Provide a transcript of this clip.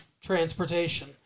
transportation